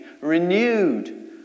renewed